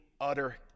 utter